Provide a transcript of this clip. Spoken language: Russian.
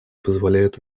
позволяют